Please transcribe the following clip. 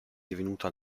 divenuto